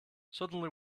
suddenly